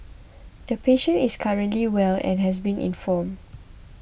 the patient is currently well and has been informed